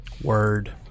Word